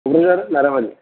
Kokrajhar Narabari